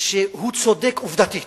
והוא ראש המפלגה שלי, אומר בכל הזדמנות: